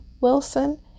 Wilson